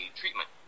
treatment